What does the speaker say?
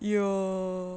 your